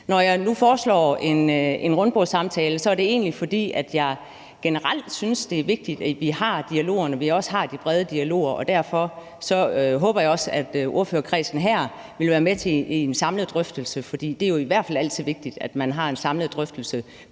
Når jeg nu foreslår en rundbordssamtale, er det egentlig, fordi jeg generelt synes, det er vigtigt, at vi har dialogerne, og at vi også har de brede dialoger. Derfor håber jeg også, at ordførerkredsen her vil være med til en samlet drøftelse, for det er jo i hvert fald altid vigtigt, at man har en samlet drøftelse,